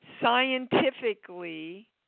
scientifically